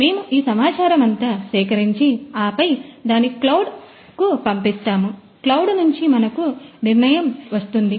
మేము ఈ సమాచారమంతా సేకరించి ఆపై దాన్ని క్లౌడ్కు పంపిస్తాము క్లౌడ్ నుంచి మనకు కునిర్ణయం వస్తుంది